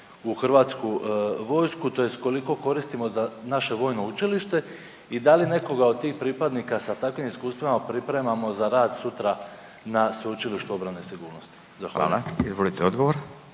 (HDZ)** Izvolite odgovor.